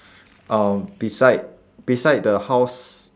um beside beside the house